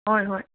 ꯍꯣꯏ ꯍꯣꯏ